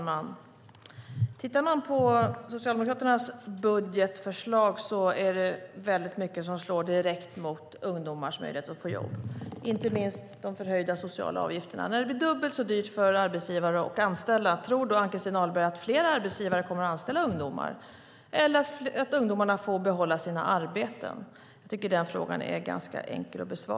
Fru talman! I Socialdemokraternas budgetförslag är det väldigt mycket som slår direkt mot ungdomars möjligheter att få jobb, inte minst de höjda sociala avgifterna. När det blir dubbelt så dyrt för arbetsgivare att anställa, tror då Ann-Christin Ahlberg att fler arbetsgivare kommer att anställa ungdomar eller att ungdomarna får behålla sina arbeten? Jag tycker att den frågan är ganska enkel att besvara.